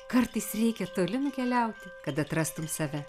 kartais reikia toli nukeliauti kad atrastum save